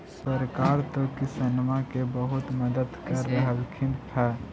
सरकार तो किसानमा के बहुते मदद कर रहल्खिन ह?